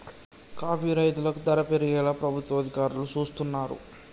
coffee రైతులకు ధర పెరిగేలా ప్రభుత్వ అధికారులు సూస్తున్నారు